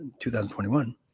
2021